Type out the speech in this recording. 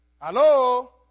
Hello